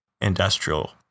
industrial